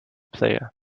player